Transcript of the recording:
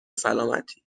سالمتی